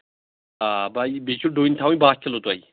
آ بایی بیٚیہِ چھُو ڈوٗنۍ تھاوٕنۍ بہہ کِلوٗ تۄہہِ